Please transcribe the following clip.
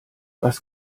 was